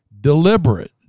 deliberate